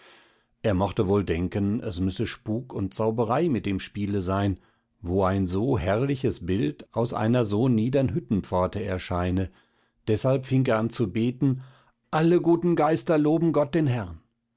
er mochte wohl denken es müsse spuk und zauberei mit im spiele sein wo ein so herrliches bild aus einer so niedern hüttenpforte erscheine deshalb fing er an zu beten alle gute geister loben gott den herrn